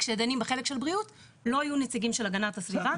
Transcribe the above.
וכשדנים בחלק של בריאות לא יהיו נציגים של הגנת הסביבה.